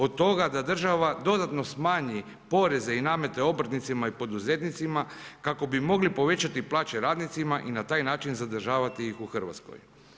Od toga da država dodatno smanji poreze i namete obrtnicima i poduzetnicima kako bi mogli povećati plaće radnicima i na taj način zadržavati ih u RH.